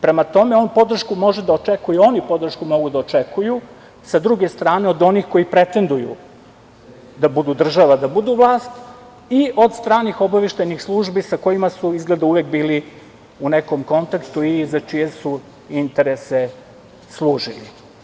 Prema tome, on podršku može da očekuje, oni podršku mogu da očekuju sa druge strane od onih koji pretenduju da budu država, da budu vlast i od stranih obaveštajnih službi sa kojima su izgleda uvek bili u nekom kontaktu i za čije su interese služili.